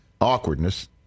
awkwardness